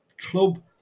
club